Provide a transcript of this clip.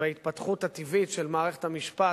וההתפתחות הטבעית של מערכת המשפט,